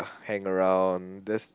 hang around just